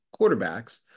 quarterbacks